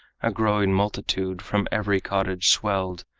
a growing multitude, from every cottage swelled,